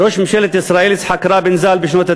ראש ממשלת ישראל יצחק רבין ז"ל.